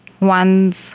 one's